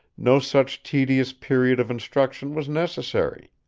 no such tedious period of instruction was necessary.